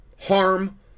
harm